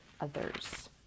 others